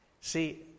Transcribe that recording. See